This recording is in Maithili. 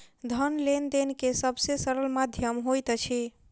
धन लेन देन के सब से सरल माध्यम होइत अछि